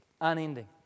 unending